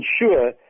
ensure